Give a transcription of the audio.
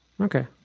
Okay